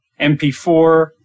MP4